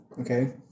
Okay